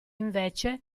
invece